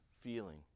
feeling